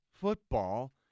football